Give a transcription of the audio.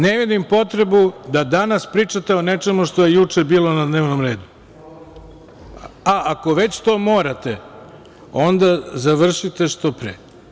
Ne vidim potrebu da danas pričate o nečemu što je juče bilo na dnevnom redu, a ako već to morate, onda završite što pre.